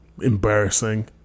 Embarrassing